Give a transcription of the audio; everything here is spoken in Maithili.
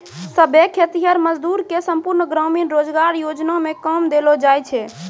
सभै खेतीहर मजदूर के संपूर्ण ग्रामीण रोजगार योजना मे काम देलो जाय छै